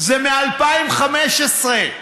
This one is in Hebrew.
זה מ-2015,